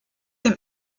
dem